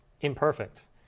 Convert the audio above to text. imperfect